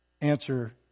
answer